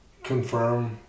confirm